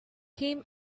came